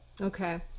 Okay